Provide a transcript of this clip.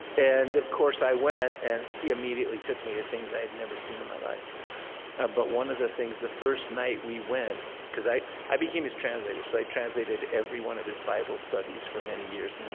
and of course, i went, and he immediately took me to things i had never seen in my life ah but one of the things, the first night we went because i i became his translator, so i translated every one of his bible studies for many years,